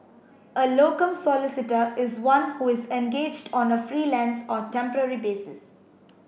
a locum solicitor is one who is engaged on a freelance or temporary basis